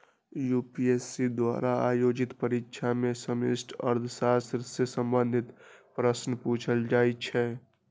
UPSC द्वारा आयोजित परीक्षा में समष्टि अर्थशास्त्र से संबंधित प्रश्न पूछल जाइ छै